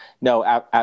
No